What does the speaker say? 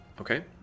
Okay